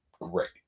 great